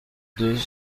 deux